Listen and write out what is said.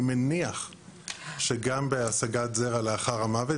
אני מניח שגם בהשגת זרע לאחר המוות,